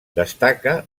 destaca